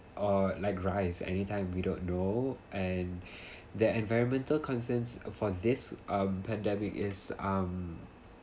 or like rise anytime we don't know and their environmental concerns for this um pandemic is um